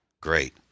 Great